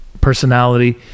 personality